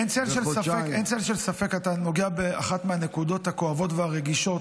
אין צל של ספק שאתה נוגע באחת הנקודות הכואבות והרגישות